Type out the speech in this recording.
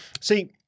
see